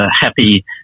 happy